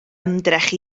ymdrech